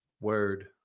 Word